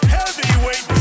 Heavyweight